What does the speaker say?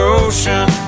ocean